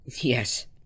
Yes